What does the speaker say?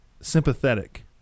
sympathetic